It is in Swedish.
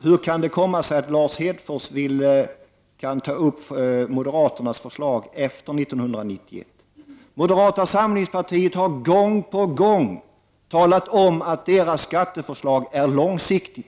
Hur kan det komma sig att Lars Hedfors kan tala om moderaternas förslag efter 1991? Moderata samlingspartiet har gång på gång talat om att dess skatteförslag är långsiktigt.